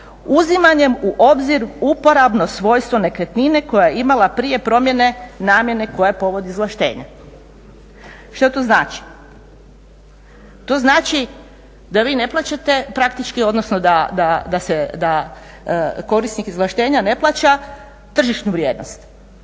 uzimanjem u obzir uporabno svojstvo nekretnine koja je imala prije promjene namjene koja je povod izvlaštenja. Što to znači? To znači da vi ne plaćate, praktički odnosno da korisnik izvlaštenja ne plaća tržišnu vrijednost,